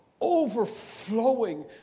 overflowing